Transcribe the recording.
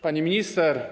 Pani Minister!